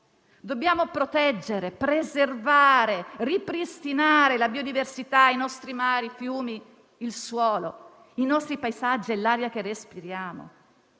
Dobbiamo proteggere, preservare e ripristinare la biodiversità, nonché i nostri mari, i fiumi, il suolo, i nostri paesaggi e l'aria che respiriamo.